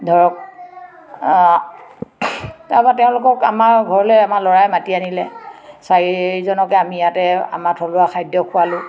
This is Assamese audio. ধৰক তাৰপা তেওঁলোকক আমাৰ ঘৰলে আমাৰ ল'ৰাই মাতি আনিলে চাৰিজনকে আমি ইয়াতে আমাৰ থলুৱা খাদ্য খুৱালোঁ